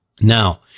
Now